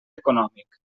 econòmic